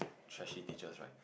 trashy teachers right